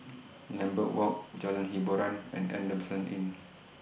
Lambeth Walk Jalan Hiboran and Adamson Inn